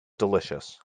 delicious